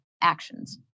actions